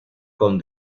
con